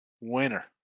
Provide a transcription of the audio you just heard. winner